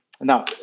Now